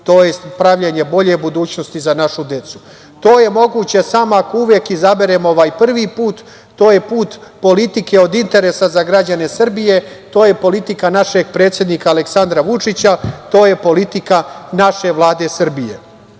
tj. pravljenje bolje budućnosti za našu decu. To je moguće samo ako uvek izaberemo ovaj prvi put, to je put politike od interesa za građane Srbije, to je politika našeg predsednika Aleksandra Vučića, to je politika naše Vlade Srbije. Dakle,